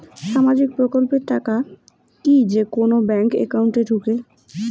সামাজিক প্রকল্পের টাকা কি যে কুনো ব্যাংক একাউন্টে ঢুকে?